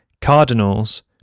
Cardinals